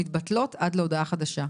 מתבטלות עד להודעה החדשה.